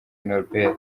nobel